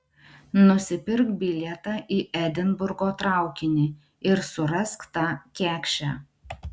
nusipirk bilietą į edinburgo traukinį ir surask tą kekšę